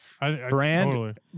Brand